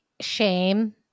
shame